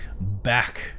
Back